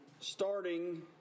starting